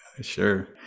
sure